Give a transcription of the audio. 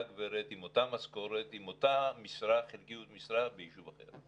גברת עם אותה משכורת ועם אותה חלקיות משרה בישוב אחר.